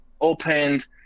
opened